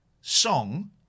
song